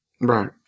Right